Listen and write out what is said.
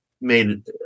made